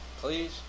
Please